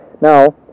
Now